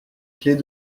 clés